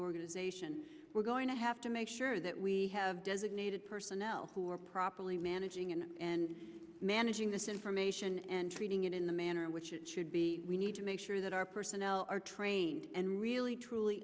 organization we're going to have to make sure that we have designated personnel who are properly managing and managing this information and treating it in the manner in which it should be we need to make sure that our personnel are trained and really truly